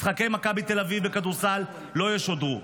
משחקי מכבי תל אביב בכדורסל לא ישודרו.